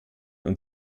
und